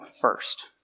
first